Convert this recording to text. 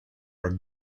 our